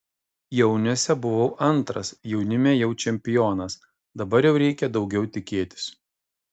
jauniuose buvau antras jaunime jau čempionas dabar jau reikia daugiau tikėtis